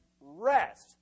rest